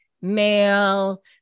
male